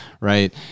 right